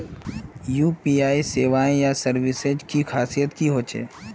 UPI सेवाएँ या services की खासियत की होचे?